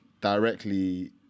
directly